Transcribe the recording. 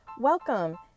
Welcome